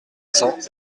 cents